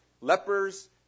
Lepers